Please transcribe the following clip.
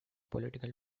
political